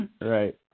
Right